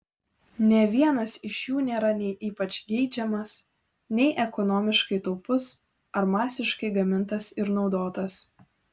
nė vienas iš jų nėra nei ypač geidžiamas nei ekonomiškai taupus ar masiškai gamintas ir naudotas